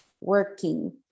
working